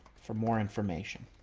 for more information.